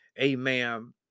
amen